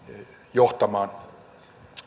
johtamaan